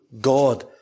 God